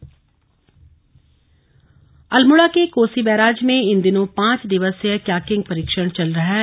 प्रशिक्षण अल्मोड़ा के कोसी बैराज में इन दिनों पांच दिवसीय क्याकिंग प्रशिक्षण चल रहा है